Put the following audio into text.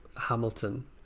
Hamilton